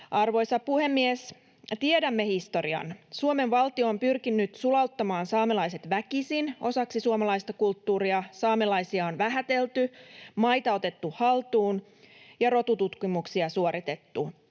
Arvoisa puhemies! Tiedämme historian: Suomen valtio on pyrkinyt sulauttamaan saamelaiset väkisin osaksi suomalaista kulttuuria. Saamelaisia on vähätelty, maita otettu haltuun ja rotututkimuksia suoritettu.